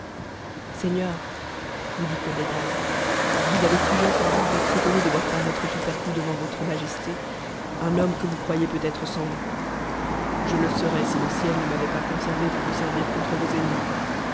seigneur lui dit codadad vous avez sujet sans doute d'être étonné de voir paraître tout à coup devant votre majesté un homme que vous croyiez peut-être sans vie je le serais si le ciel ne m'avait pas conservé pour vous servir contre vos ennemis